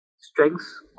strengths